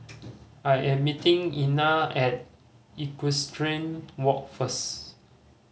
I am meeting Ina at Equestrian Walk first